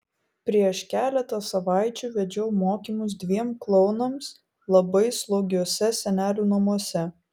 prieš keletą savaičių vedžiau mokymus dviem klounams labai slogiuose senelių namuose